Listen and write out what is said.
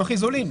הם הכי זולים.